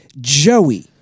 Joey